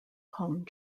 kong